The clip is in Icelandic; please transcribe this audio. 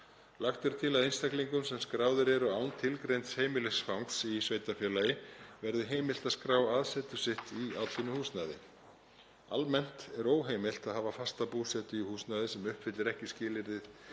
Lagt er til að einstaklingum sem skráðir eru án tilgreinds heimilisfangs í sveitarfélagi verði heimilt að skrá aðsetur sitt í atvinnuhúsnæði. Almennt er óheimilt að hafa fasta búsetu í húsnæði sem uppfyllir ekki skilyrði